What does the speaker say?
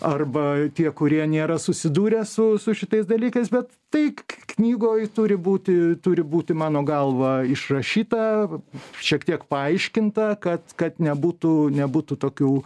arba tie kurie nėra susidūrę su su šitais dalykais bet tai knygoj turi būti turi būti mano galva išrašyta šiek tiek paaiškinta kad kad nebūtų nebūtų tokių